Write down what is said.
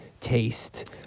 taste